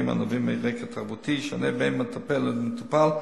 הנובעים מרקע תרבותי שונה בין מטפל למטופל,